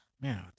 Man